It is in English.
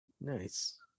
nice